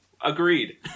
Agreed